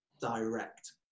direct